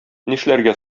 нишләргә